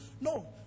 No